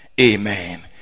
Amen